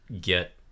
get –